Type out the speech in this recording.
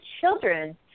children